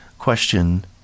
question